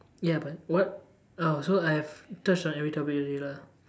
ya but what oh so I have touched on every topic already lah